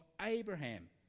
abraham